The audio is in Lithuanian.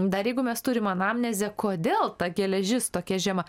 dar jeigu mes turim anamnezę kodėl ta geležis tokia žema